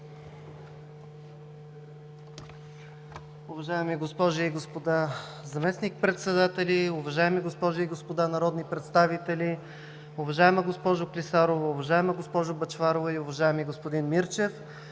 Уважаеми госпожи и господа заместник-председатели, уважаеми госпожи и господа народни представители, уважаема госпожо Клисарова, уважаема госпожо Бъчварова и уважаеми господин Мирчев!